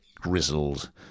grizzled